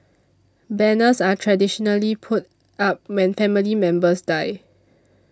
banners are traditionally put up when family members die